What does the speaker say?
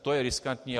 To je riskantní.